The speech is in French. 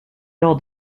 lors